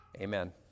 Amen